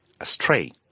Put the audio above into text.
astray